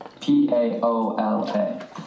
P-A-O-L-A